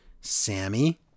Sammy